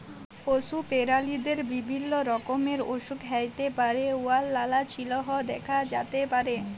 পশু পেরালিদের বিভিল্য রকমের অসুখ হ্যইতে পারে উয়ার লালা চিল্হ দ্যাখা যাতে পারে